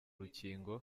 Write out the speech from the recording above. rukingo